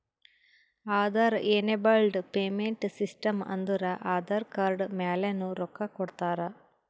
Aadhaar enabled payment system ಅಂದುರ್ Aadhaar card ಮ್ಯಾಲನು ರೊಕ್ಕಾ ಕೊಡ್ತಾರ